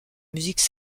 musique